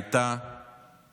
הייתה